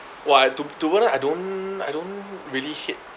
!wah! to I don't I don't really hate